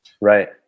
Right